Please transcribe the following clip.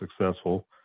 successful